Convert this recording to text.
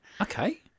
okay